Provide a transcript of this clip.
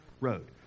road